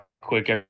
quick